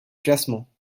classements